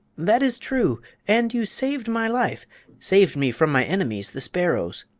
that is true and you saved my life saved me from my enemies, the sparrows.